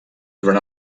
durant